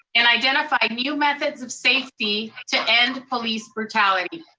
and identify new methods of safety to end police brutality.